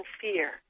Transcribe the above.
fear